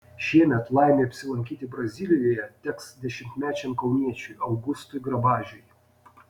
šiemet laimė apsilankyti brazilijoje teks dešimtmečiam kauniečiui augustui grabažiui